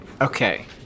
Okay